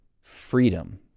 freedom